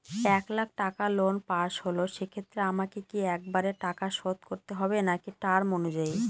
এক লাখ টাকা loan pass হল সেক্ষেত্রে আমাকে কি একবারে টাকা শোধ করতে হবে নাকি টার্ম অনুযায়ী?